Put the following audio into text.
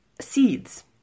Seeds